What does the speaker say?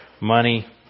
money